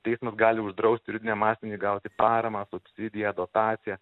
teismas gali uždraust juridiniam asmeniui gauti paramą subsidiją dotaciją